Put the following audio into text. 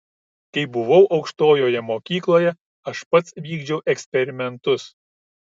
kai buvau aukštojoje mokykloje aš pats vykdžiau eksperimentus